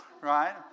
Right